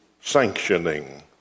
sanctioning